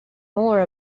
more